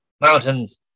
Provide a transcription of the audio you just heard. mountains